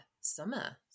summer